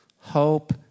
hope